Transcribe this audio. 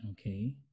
Okay